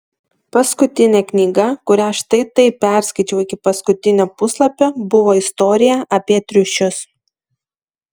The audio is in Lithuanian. paskutinė knyga kurią štai taip perskaičiau iki paskutinio puslapio buvo istorija apie triušius